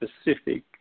specific